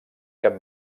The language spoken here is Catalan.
cap